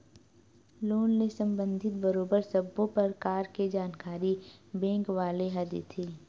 loan ले संबंधित बरोबर सब्बो परकार के जानकारी बेंक वाले ह देथे